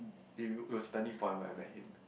it w~ it was turning point when I met him